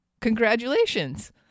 Congratulations